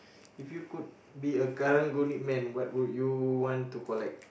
if you could be a karang-guni man what would you want to collect